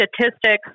statistics